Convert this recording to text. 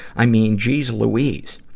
i mean, geez louise!